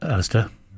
Alistair